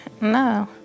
No